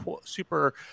super